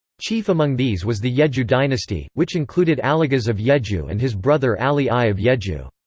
chief among these was the yejju dynasty, which included aligaz of yejju and his brother ali i of yejju.